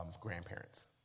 grandparents